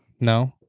No